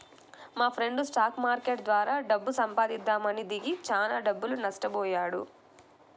మాఫ్రెండు stock market ద్వారా డబ్బు సంపాదిద్దామని దిగి చానా డబ్బులు నట్టబొయ్యాడు